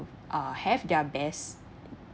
uh have their best